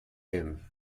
him